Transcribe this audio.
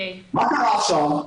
מה קרה עכשיו?